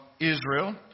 Israel